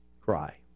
cry